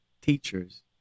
teachers